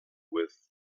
with